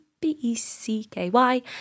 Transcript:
b-e-c-k-y